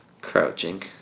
Crouching